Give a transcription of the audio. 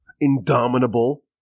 Indomitable